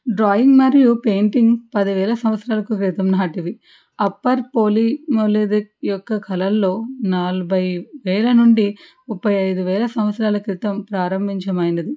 drawing మరియు painting పది ఏళ్ళ సంవత్సరాల క్రితం నాటిది అప్పర్ పోలింగ్ ఈ యొక్క కలలో నలభై వేల నుండి ముప్పై ఐదు వేల సంవత్సరాల క్రితం ప్రారంభించబడినది